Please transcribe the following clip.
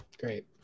Great